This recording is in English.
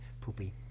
Poopy